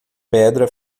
pedra